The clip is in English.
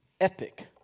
epic